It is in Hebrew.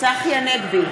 צחי הנגבי,